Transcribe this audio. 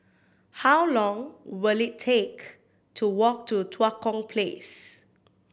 how long will it take to walk to Tua Kong Place